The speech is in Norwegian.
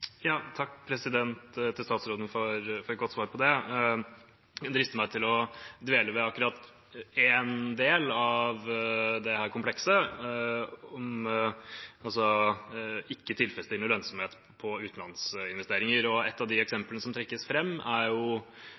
til statsråden for et godt svar på det. Jeg drister meg til å dvele ved akkurat én del av dette komplekset – om ikke tilfredsstillende lønnsomhet på utenlandsinvesteringer. Et av de eksemplene som trekkes fram, er